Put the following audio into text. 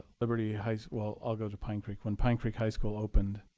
liberty high school well, i'll go to pine creek. when pine creek high school opened,